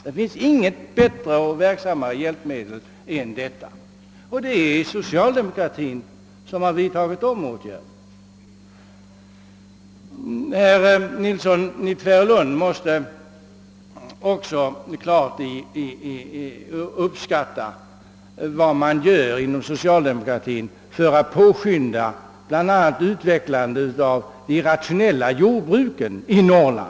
Det finns inget bättre och verksammare hjälpmedel än detta, och det är socialdemokratin som har vidtagit de olika åtgärderna. Herr Nilsson i Tvärålund måste också klart kunna uppskatta vad som görs inom socialdemokratin för att påskynda bland annat utvecklandet av de rationella jordbruken i Norrland.